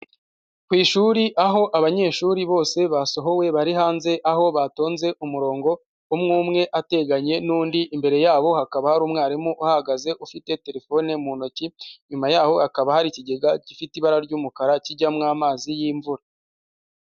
Ku ishuri aho abanyeshuri bose basohowe bari hanze aho batonze umurongo, umwe umwe ateganye n'undi, imbere yabo hakaba hari umwarimu uhahagaze ufite telefone mu ntoki, inyuma yaho hakaba hari ikigega gifite ibara ry'umukara kijyamo amazi y'imvura.